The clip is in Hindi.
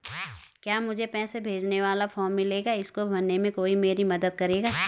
क्या मुझे पैसे भेजने वाला फॉर्म मिलेगा इसको भरने में कोई मेरी मदद करेगा?